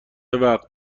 وقت